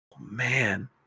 man